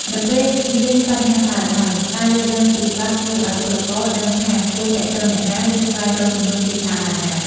នៅពេលមានបញ្ហាកើតឡើង ការយល់ដឹងពីច្បាប់ជួយឱ្យពលករដឹងថាគួរទាក់ទងអ្នកណា ឬស្វែងរកជំនួយពីស្ថាប័នណា។